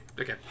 okay